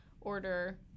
order